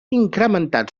incrementat